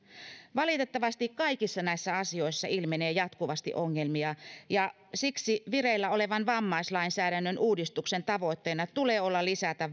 valitettavasti kaikissa näissä asioissa ilmenee jatkuvasti ongelmia ja siksi vireillä olevan vammaislainsäädännön uudistuksen tavoitteena tulee olla lisätä